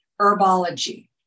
herbology